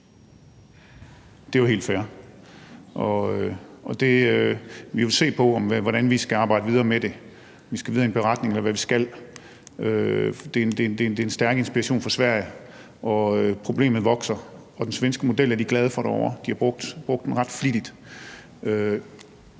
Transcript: Det er jo helt fair. Vi vil se på, hvordan vi skal arbejde videre med det, om vi skal videre ved at lave en beretning, eller hvad vi skal. Der er en stærk inspiration fra Sverige, og problemet vokser. Den svenske model er de glade for derovre. De har brugt den ret flittigt.